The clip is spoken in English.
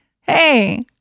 hey